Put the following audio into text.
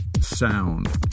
sound